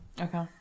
Okay